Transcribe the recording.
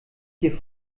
hier